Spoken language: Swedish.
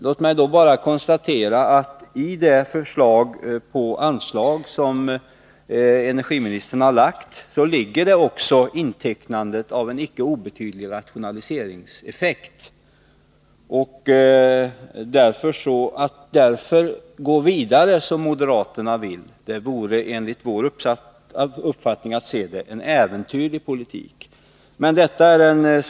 Låt mig bara konstatera att i det förslag till anslag som energiministern lagt ligger också intecknandet av en icke obetydlig rationaliseringseffekt. Det är därför enligt vår uppfattning en äventyrlig politik att gå vidare som moderaterna vill.